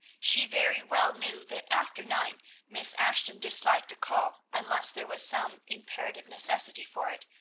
she very well knew that after nine miss ashton disliked a call unless there was some imperative necessity for it,